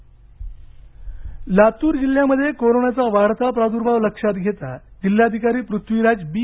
लातूर लातूर जिल्ह्यामध्ये कोरोनाचा वाढता प्रादुर्भाव लक्षात जिल्हाधिकारी पृथ्वीराज बी